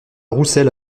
roussel